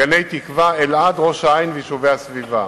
גני-תקווה, אלעד, ראש-העין ויישובי הסביבה.